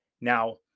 Now